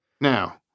Now